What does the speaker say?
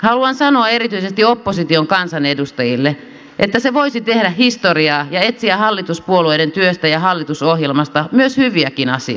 haluan sanoa erityisesti opposition kansanedustajille että se voisi tehdä historiaa ja etsiä hallituspuolueiden työstä ja hallitusohjelmasta myös hyviäkin asioita